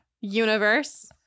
universe